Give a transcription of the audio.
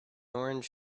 orange